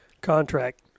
contract